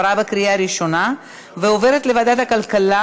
לוועדת הכלכלה